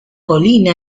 colina